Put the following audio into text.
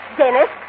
Dennis